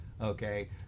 Okay